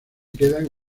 quedan